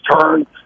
turn